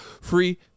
free